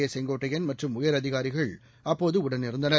ஏ கெங்கோட்டையன் மற்றும் உயரதிகாரிகள் அப்போது உடன் இருந்தனர்